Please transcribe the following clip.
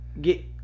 get